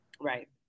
Right